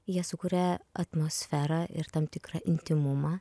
jie sukuria atmosferą ir tam tikrą intymumą